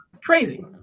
crazy